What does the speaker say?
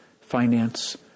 finance